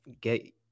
get